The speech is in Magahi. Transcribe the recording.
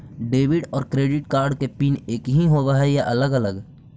डेबिट और क्रेडिट कार्ड के पिन एकही होव हइ या अलग अलग?